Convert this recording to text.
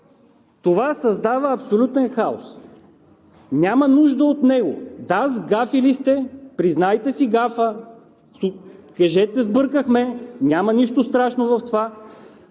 Това създава абсолютен хаос. Няма нужда от него. Да, сгафили сте. Признайте си гафа, кажете: „Сбъркахме!“ Няма нищо страшно в това.